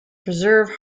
preserve